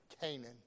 Canaan